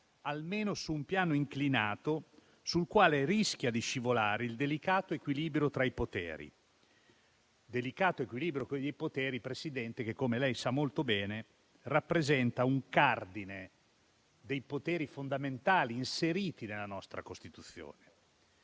almeno su un piano inclinato sul quale rischia di scivolare il delicato equilibrio tra i poteri, che, come lei, signora Presidente, sa molto bene, rappresenta un cardine dei poteri fondamentali inseriti nella nostra Costituzione.